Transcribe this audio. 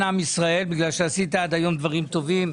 עם ישראל כי עשית עד היום דברים טובים.